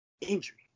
injury